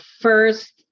first